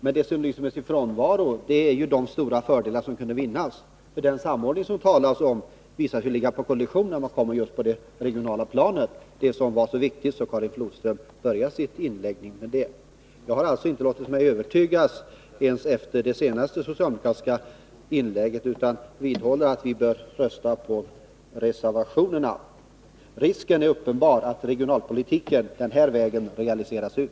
Men det som lyser med sin frånvaro är de stora fördelar som skulle kunna vinnas. Den samordning som det talas om visar sig vara på kollisionskurs när man kommer på det regionala planet — det som var så viktigt och som Karin Flodström började sitt inlägg med. Jag har alltså inte låtit mig övertygas ens efter det senaste socialdemokratiska inlägget, utan jag vidhåller att vi bör rösta på reservationerna. Risken är uppenbar att regionalpolitiken den här vägen realiseras ut.